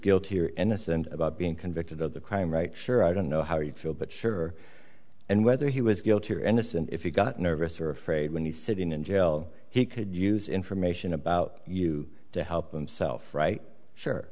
guilty or innocent about being convicted of the crime right sure i don't know how you feel but sure and whether he was guilty or innocent if you got nervous or afraid when he's sitting in jail he could use information about you to help himself right sure